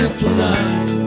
tonight